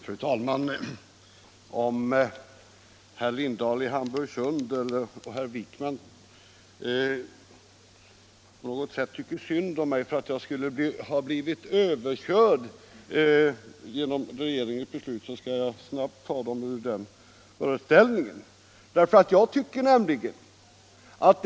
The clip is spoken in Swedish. Fru talman! Om herr Lindahl i Hamburgsund och herr Wijkman på något sätt tycker synd om mig för att jag har blivit överkörd genom regeringens beslut skall jag snabbt förklara att det behöver de inte göra.